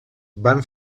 van